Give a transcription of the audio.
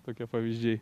tokie pavyzdžiai